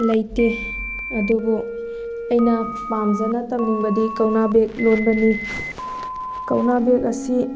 ꯂꯩꯇꯦ ꯑꯗꯨꯕꯨ ꯑꯩꯅ ꯄꯥꯝꯖꯅ ꯇꯝꯅꯤꯡꯕꯗꯤ ꯀꯧꯅꯥ ꯕꯦꯒ ꯂꯣꯟꯕꯅꯤ ꯀꯧꯅꯥ ꯕꯦꯒ ꯑꯁꯤ